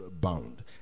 bound